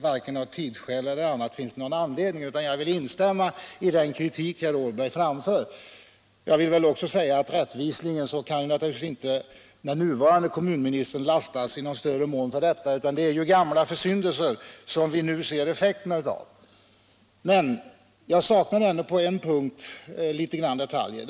Varken av tidsskäl eller annat finns det anledning till det, utan jag vill instämma i den kritik som herr Åberg har framfört. Men jag vill också säga att den nuvarande kommunministern naturligtvis inte i någon större mån kan lastas för detta, utan det är gamla försyndelser som vi nu ser effekterna av. Men jag saknade ändå på en punkt litet detaljer.